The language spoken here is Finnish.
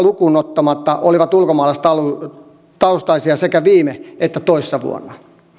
lukuun ottamatta olivat ulkomaalaistaustaisia sekä viime että toissa vuonna